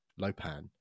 Lopan